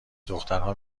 دخترها